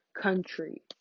country